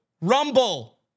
Rumble